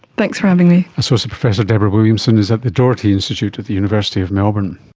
thanks for having me. associate professor deborah williamson is at the doherty institute at the university of melbourne